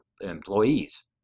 employees